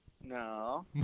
No